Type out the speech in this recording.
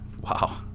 Wow